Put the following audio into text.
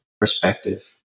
perspective